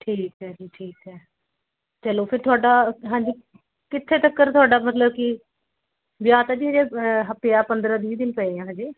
ਠੀਕ ਹੈ ਜੀ ਠੀਕ ਹੈ ਚਲੋ ਫ਼ਿਰ ਤੁਹਾਡਾ ਹਾਂਜੀ ਕਿੱਥੇ ਤੱਕਰ ਤੁਹਾਡਾ ਮਤਲਬ ਕਿ ਵਿਆਹ ਤਾਂ ਜੀ ਹਜੇ ਪਿਆ ਪੰਦਰ੍ਹਾਂ ਵੀਹ ਦਿਨ ਪਏ ਹੈ ਹਜੇ